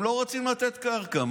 הם לא רוצים לתת קרקע.